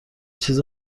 چیز